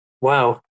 Wow